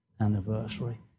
anniversary